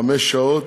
חמש שעות.